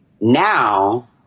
Now